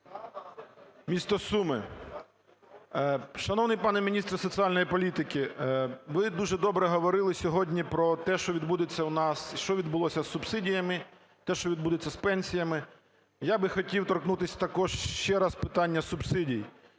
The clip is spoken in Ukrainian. місто Суми. Шановний пане міністр соціальної політики, ви дуже добре говорили сьогодні про те, що відбудеться у нас і що відбулося з субсидіями, те, що відбудеться з пенсіями. Я би хотів торкнутися також ще раз питання субсидій.